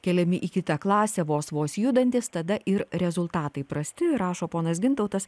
keliami į kitą klasę vos vos judantys tada ir rezultatai prasti rašo ponas gintautas